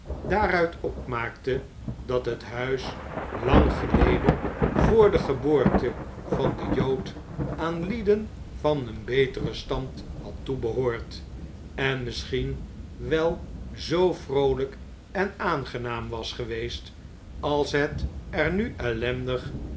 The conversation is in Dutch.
daaruit opmaakte dat het huis lang geleden vr de geboorte van den jood aan lieden van een beteren stand had toebehoord en misschien wel zoo vroolijk en aangenaam was geweest als het i er nu ellendig